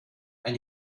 and